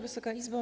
Wysoka Izbo!